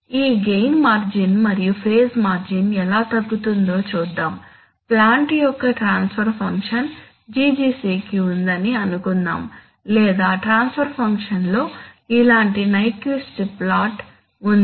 ఈ gain margin మరియు phase margin ఎలా తగ్గుతుందో చూద్దాం ప్లాంట్ యొక్క ట్రాన్స్ఫర్ ఫంక్షన్ GGC కి ఉందని అనుకుందాం లేదా ట్రాన్స్ఫర్ ఫంక్షన్లో ఇలాంటి నైక్విస్ట్ ప్లాట్ ఉంది